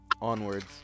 onwards